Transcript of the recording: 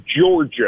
Georgia